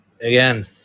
again